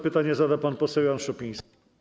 Pytanie zada pan poseł Jan Szopiński.